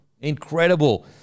incredible